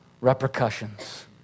repercussions